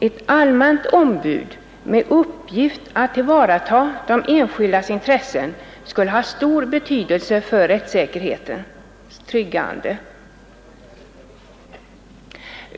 Ett allmänt ombud med uppgift att tillvarata de enskildas intressen skulle ha stor betydelse för rättssäkerhetens tryggande.